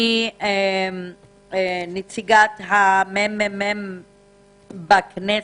מנציגת הממ"מ בכנסת,